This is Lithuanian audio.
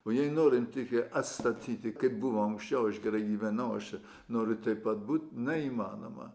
o jei norinti atstatyti kaip buvo anksčiau aš gerai gyvenau aš čia noriu taip pat būti neįmanoma